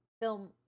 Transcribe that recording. film